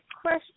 question